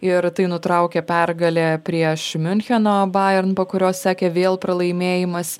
ir tai nutraukė pergalę prieš miuncheno bayern po kurios sekė vėl pralaimėjimas